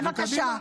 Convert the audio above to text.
בבקשה.